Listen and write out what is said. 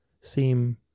seem